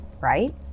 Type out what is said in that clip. right